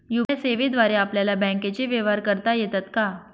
UPI सेवेद्वारे आपल्याला बँकचे व्यवहार करता येतात का?